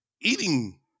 eating